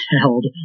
held